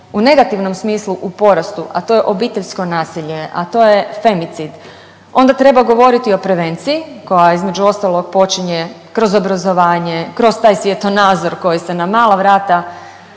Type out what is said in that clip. u negativnom smislu u porastu, a to je obiteljsko nasilje, a to je femicid, onda treba govoriti o prevenciji koja između ostalog počinje kroz obrazovanje, kroz taj svjetonazor koji se na mala vrata